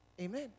Amen